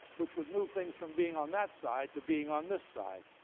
which would move things from being on that side to being on this side.